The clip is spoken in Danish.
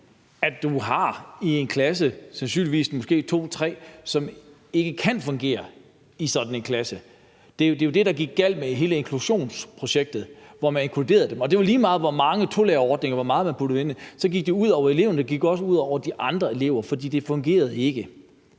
at du i en klasse sandsynligvis har to-tre elever, som ikke kan fungere i sådan en klasse. Det var jo det, der gik galt med hele inklusionsprojektet, hvor man inkluderede dem, og det var lige meget, hvor mange tolærerordninger osv. man puttede ind i det, så gik det ud over eleverne, og det gik også ud over de andre elever, fordi det ikke fungerede.